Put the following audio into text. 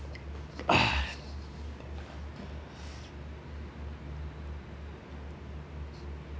ah